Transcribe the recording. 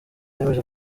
yemeje